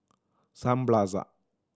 Sun Plaza